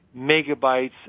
megabytes